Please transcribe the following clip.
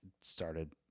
started